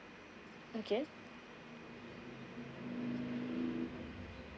okay